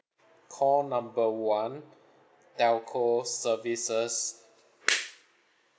call number one telco services